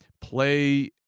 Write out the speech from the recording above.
play